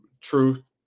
truth